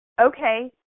Okay